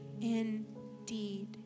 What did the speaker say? indeed